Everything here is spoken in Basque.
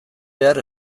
behar